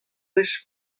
wech